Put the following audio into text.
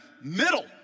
middle